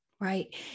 Right